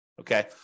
Okay